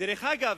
דרך אגב,